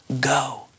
go